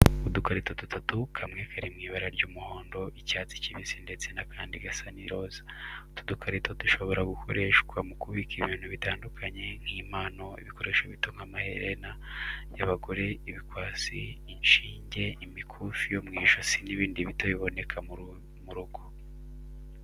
Udukarito dutatu kamwe kari mu ibara ry'umuhondo, icyatsi kibisi ndetse n'akandi gasa n'iroza. Utu dukarito dushobora gukoreshwa mu kubika ibintu bitandukanye nk’impano, ibikoresho bito nk'amaherena y'abagore, ibikwasi, inshinge, imikufi yo mu ijosi n'ibindi bito biboneka mu rugo.